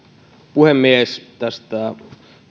puhemies tästä